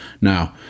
Now